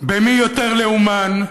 מי יותר לאומן,